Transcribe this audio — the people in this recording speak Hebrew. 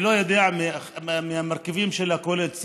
אני לא יודע מי מהמרכיבים של הקואליציה,